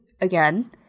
again